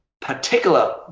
particular